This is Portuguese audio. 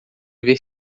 ver